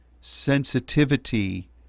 sensitivity